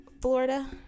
Florida